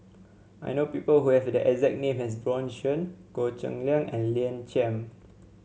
I know people who have the exact name as Bjorn Shen Goh Cheng Liang and Lina Chiam